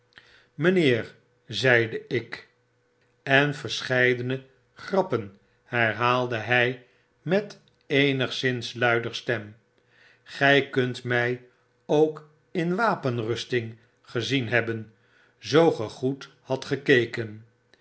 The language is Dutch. mijnheer zeide ik en verscheidene grappen herhaalde hi met eenigszins luider stem gy kunt my ook in wapenrusting gezien hebben zoo ge goed hadt gekeken